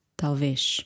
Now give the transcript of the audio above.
talvez